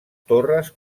torres